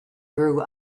grew